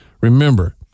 Remember